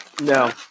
No